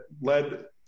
led